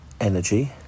Energy